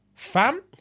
Fam